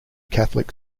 catholic